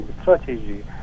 strategy